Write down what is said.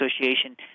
Association